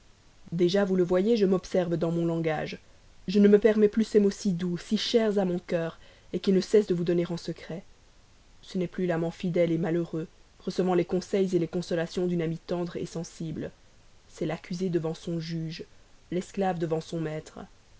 déjà vous le voyez je m'observe dans mon langage je ne me permets plus ces noms si doux si chers à mon cœur qu'il ne cesse pas de vous donner en secret ce n'est plus l'amant fidèle malheureux recevant les consolations les conseils d'une amie tendre sensible c'est l'accusé devant son juge l'esclave devant son maître